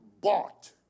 bought